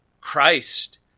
Christ